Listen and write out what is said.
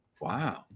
wow